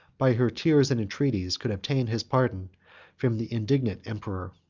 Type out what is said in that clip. by her tears and entreaties, could obtain his pardon from the indignant emperor.